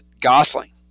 Gosling